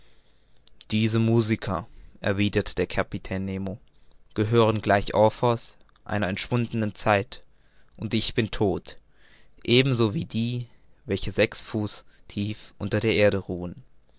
diese musiker erwiderte der kapitän nemo gehören gleich orpheus einer entschwundenen zeit und ich bin todt eben so wie die welche sechs fuß tief unter der erde ruhen